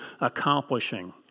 accomplishing